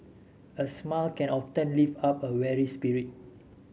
a smile can often lift up a weary spirit